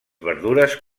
verdures